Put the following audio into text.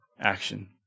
action